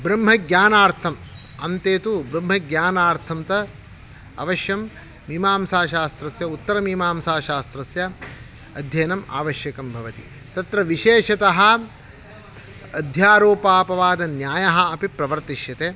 ब्रह्मज्ञानार्थम् अन्ते तु ब्रह्मज्ञानार्थं तु अवश्यं मीमांसाशास्त्रस्य उत्तरमीमांसाशास्त्रस्य अध्ययनम् आवश्यकं भवति तत्र विशेषतः अध्यारोपापवादन्यायः अपि प्रवर्तिष्यते